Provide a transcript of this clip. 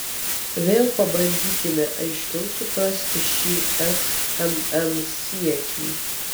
vėl pabandykime aiškiau suprasti šį šmm siekį